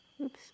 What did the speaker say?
Oops